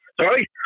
Sorry